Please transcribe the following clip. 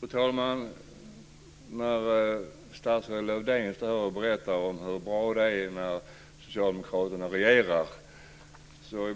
Fru talman! När statsrådet Lövdén står här och berättar om hur bra det är när socialdemokraterna regerar - han